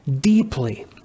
deeply